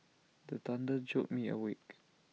the thunder jolt me awake